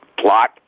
plot